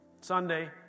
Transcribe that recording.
Sunday